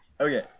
Okay